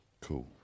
Cool